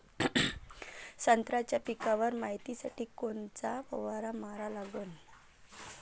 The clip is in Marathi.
संत्र्याच्या पिकावर मायतीसाठी कोनचा फवारा मारा लागन?